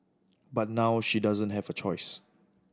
but now she doesn't have a choice